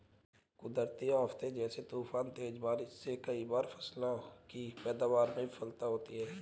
कुदरती आफ़ते जैसे तूफान, तेज बारिश से कई बार फसलों की पैदावार में विफलता होती है